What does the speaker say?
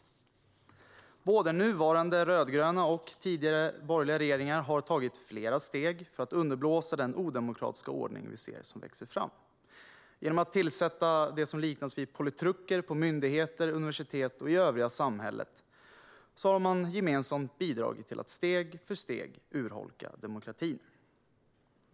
Både nuvarande rödgröna regering och tidigare borgerliga regeringar har tagit flera steg för att underblåsa den odemokratiska ordning vi ser växa fram. Genom att tillsätta något som kan liknas vid politruker på myndigheter och universitet och i övriga samhället har de gemensamt bidragit till att steg för steg urholka demokratin.